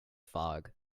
fog